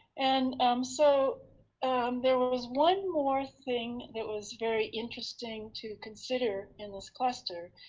and um so there was one more thing that was very interesting to consider in this cluster,